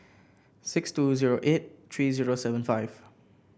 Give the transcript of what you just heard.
six two zero eight three zero seven five